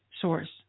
source